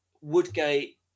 woodgate